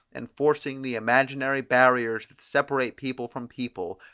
and forcing the imaginary barriers that separate people from people,